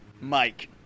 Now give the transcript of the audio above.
Mike